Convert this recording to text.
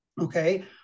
okay